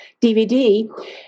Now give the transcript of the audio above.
DVD